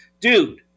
Dude